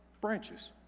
branches